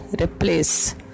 replace